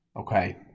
Okay